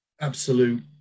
absolute